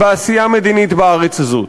בעשייה מדינית בארץ הזאת.